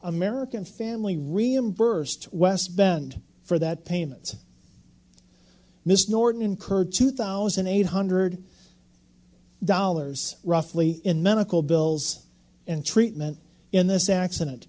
american family reimbursed west bend for that payments miss norton incurred two thousand eight hundred dollars roughly in medical bills and treatment in this accident